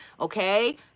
okay